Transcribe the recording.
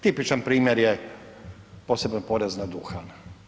Tipičan primjer je posebno porez na duhan.